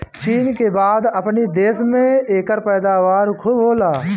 चीन के बाद अपनी देश में एकर पैदावार खूब होला